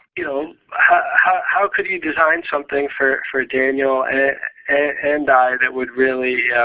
you know how how could you design something for for daniel and ah and i that would really